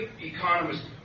economists